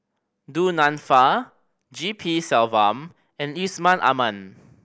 Du Nanfa G P Selvam and Yusman Aman